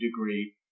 degree